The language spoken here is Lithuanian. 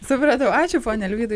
supratau ačiū pone arvydai